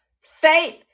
faith